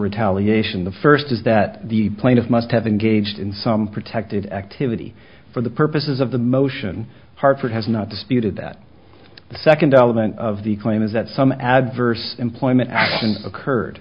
retaliation the first is that the plaintiff must have engaged in some protected activity for the purposes of the motion hartford has not disputed that the second element of the claim is that some adverse employment action occurred